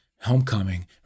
Homecoming